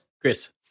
Chris